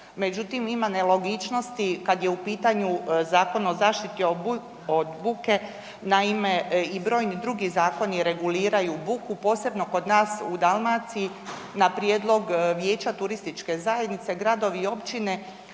Međutim, ima nelogičnosti kada je u pitanju Zaštiti o zaštiti od buke, naime i brojni drugi zakoni reguliraju buku posebno kod nas u Dalmaciji na prijedlog Vijeća turističke zajednice gradovi i općine